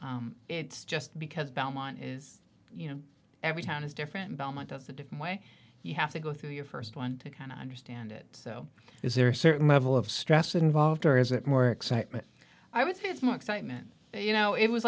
it's just because belmont is you know every town is different belmont does a different way you have to go through your first one and understand it so is there a certain level of stress involved or is it more excitement i would say it's more excitement you know it was